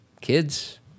kids